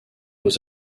aux